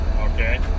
okay